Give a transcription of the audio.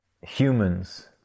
humans